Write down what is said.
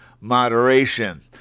moderation